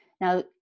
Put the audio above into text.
now